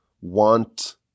want